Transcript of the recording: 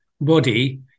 body